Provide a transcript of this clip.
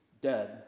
dead